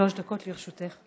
בבקשה, שלוש דקות לרשותך.